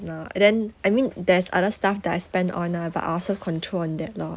lah and then I mean there's other stuff that I spend on ah but I also control that lor